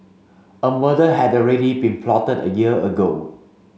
a murder had already been plotted a year ago